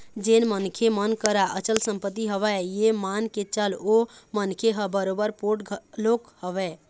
जेन मनखे मन करा अचल संपत्ति हवय ये मान के चल ओ मनखे ह बरोबर पोठ घलोक हवय